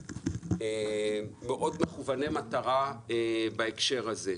ואנחנו מאוד מכווני מטרה בהקשר הזה.